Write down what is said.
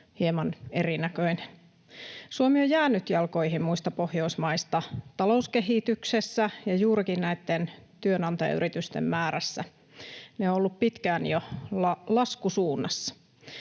hieman erinäköinen. Suomi on jäänyt jalkoihin muista Pohjoismaista talouskehityksessä ja juurikin näitten työnantajayritysten määrässä. Ne ovat olleet pitkään jo laskusuunnassa.